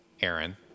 Aaron